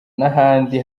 n’ahandi